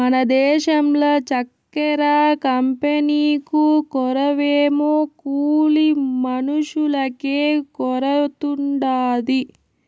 మన దేశంల చక్కెర కంపెనీకు కొరవేమో కూలి మనుషులకే కొరతుండాది